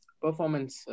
performance